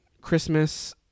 Christmas